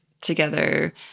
together